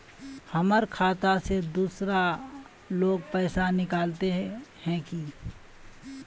हमर खाता से दूसरा लोग पैसा निकलते है की?